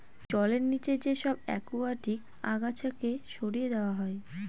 জলের নিচে যে সব একুয়াটিক আগাছাকে সরিয়ে দেওয়া হয়